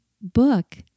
book